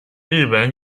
日本